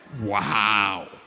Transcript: Wow